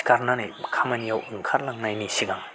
सिखारनानै खामानियाव ओंखारलांनायनि सिगां